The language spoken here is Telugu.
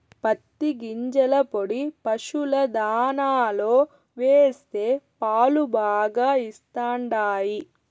పత్తి గింజల పొడి పశుల దాణాలో వేస్తే పాలు బాగా ఇస్తండాయి